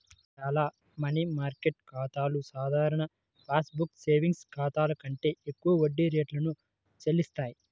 చాలా money market ఖాతాలు సాధారణ పాస్ బుక్ సేవింగ్స్ ఖాతాల కంటే ఎక్కువ వడ్డీ రేటును చెల్లిస్తాయి